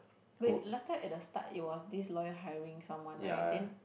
wait last time at the start it was this lawyer hiring someone then